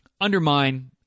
undermine